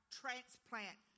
transplant